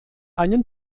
einen